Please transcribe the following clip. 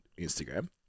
Instagram